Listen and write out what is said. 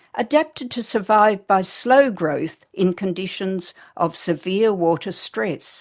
adapted to survive by slow growth in conditions of severe water-stress.